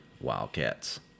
Wildcats